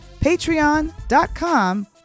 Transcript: patreon.com